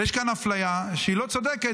יש כאן אפליה שהיא לא צודקת.